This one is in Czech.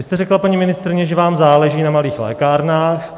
Vy jste řekla, paní ministryně, že vám záleží na malých lékárnách.